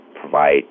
provide